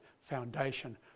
foundation